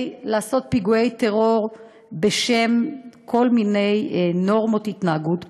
לעשות פיגועי טרור בשם כל מיני נורמות התנהגות פסולות.